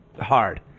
hard